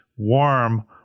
warm